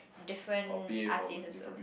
different artist also